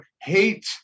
hate